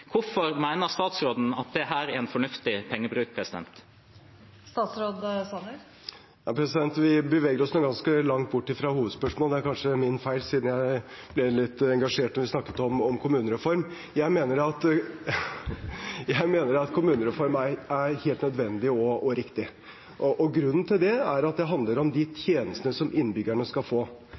Hvorfor mener statsråden at dette er en fornuftig pengebruk? Vi beveger oss ganske langt bort fra hovedspørsmålet. Det er kanskje min feil, siden jeg ble litt engasjert da vi snakket om kommunereform. Jeg mener at en kommunereform er helt nødvendig og riktig, og grunnen til det er at det handler om de tjenestene som innbyggerne skal få.